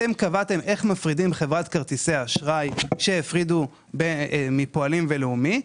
שאתם קבעתם איך מפרידים חברת כרטיסי אשראי כשהפרידו מפועלים ומלאומי,